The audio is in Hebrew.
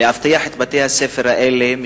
לאבטח את בתי-הספר האלה.